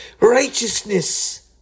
Righteousness